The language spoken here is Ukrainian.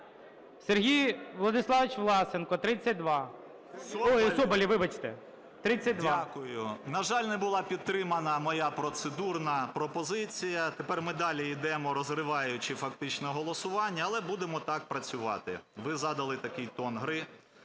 Сергій Владиславович Соболєв, 32. 13:33:55 СОБОЛЄВ С.В. Дякую. На жаль, не була підтримана моя процедурна пропозиція, тепер ми далі йдемо, розриваючи фактично голосування, але будемо так працювати. Ви задали такий тон гри.